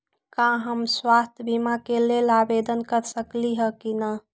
का हम स्वास्थ्य बीमा के लेल आवेदन कर सकली ह की न?